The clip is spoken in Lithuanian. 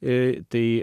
į tai